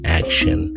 action